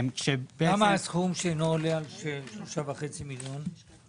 למה הסכום שאינו עולה על 3.5 מיליון?